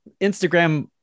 Instagram